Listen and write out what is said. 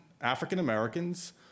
African-Americans